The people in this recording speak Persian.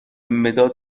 مداد